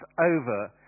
over